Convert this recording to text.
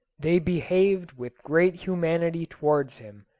they behaved with great humanity towards him,